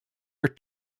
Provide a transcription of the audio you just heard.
are